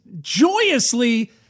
joyously